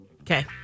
Okay